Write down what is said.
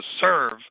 serve